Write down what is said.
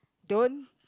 don't